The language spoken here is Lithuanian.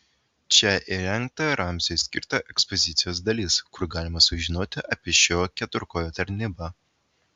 čia įrengta ramziui skirta ekspozicijos dalis kur galima sužinoti apie šio keturkojo tarnybą